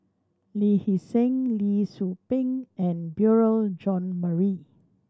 Lee Hee Seng Lee Tzu Pheng and Beurel Jean Marie